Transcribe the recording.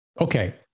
Okay